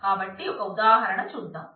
కాబట్టి ఒక ఉదాహరణ చూద్దాం